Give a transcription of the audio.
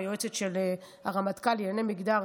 היועצת של הרמטכ"ל לענייני מגדר,